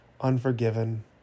unforgiven